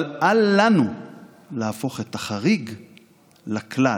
אבל אל לנו להפוך את החריג לכלל,